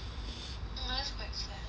mm that's quite sad I guess